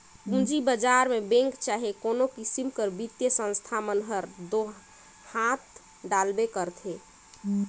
पूंजी बजार में बेंक चहे कोनो किसिम कर बित्तीय संस्था मन हर दो हांथ डालबे करथे